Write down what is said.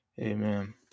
Amen